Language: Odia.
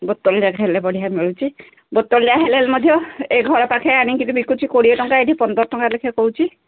ବୋତଲ ଯାକ ହେଲେ ବଢ଼ିଆ ମିଳୁଛି ବୋତଲ ଯାକ ହେଲେ ମଧ୍ୟ ଏ ଘର ପାଖେ ଆଣିକି ବିକୁଛି କୋଡ଼ିଏ ଟଙ୍କା ଇଠି ପନ୍ଦର ଟଙ୍କା ଲେଖା କହୁଛି